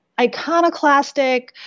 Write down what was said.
iconoclastic